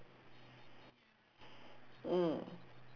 mm